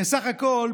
הרי בסך הכול,